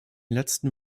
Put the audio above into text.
letzten